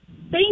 thank